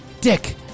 Dick